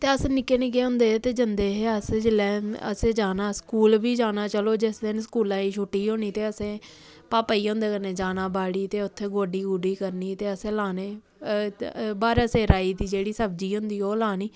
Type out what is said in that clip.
ते अस निक्के निक्के होंदे हे ते जंदे हे अस जिल्लै असें जाना स्कूल बी जाना चलो जिस दिन स्कूला दी छुट्टी होनी ते असें पापा जी हुंदे कन्नै जाना बाड़ी ते उत्थै गोड्डी गूड्डी करनी ते असें लाने ब्हारै सिर आई दी सब्जी होंदी जेह्ड़ी ओह् लानी